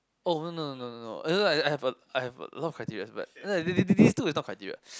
oh no no no no no I have a I have a lot of criterias but this this these two is not criteria